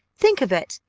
think of it!